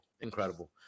incredible